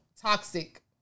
toxic